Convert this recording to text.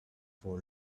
for